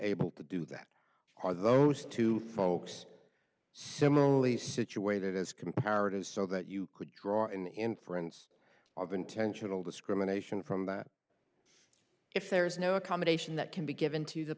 able to do that are those two folks similarly situated as comparatives so that you could draw an inference of intentional discrimination from that if there's no accommodation that can be given to the